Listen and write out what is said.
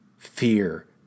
fear